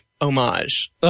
homage